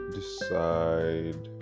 decide